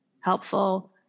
helpful